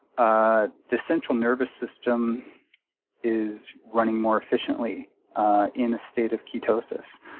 ah the central nervous system is running more efficiently in a state of ketosis,